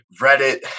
Reddit